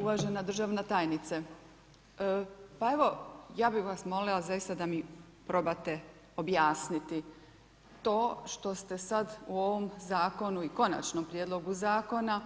Uvažena državna tajnice, pa evo ja bih vas molila zaista da mi probate objasniti to što ste sad u ovom zakonu i Konačnom prijedlogu zakona